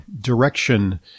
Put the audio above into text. direction